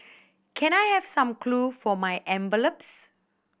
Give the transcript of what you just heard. can I have some glue for my envelopes